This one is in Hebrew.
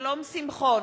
שלום שמחון,